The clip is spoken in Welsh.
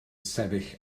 sefyll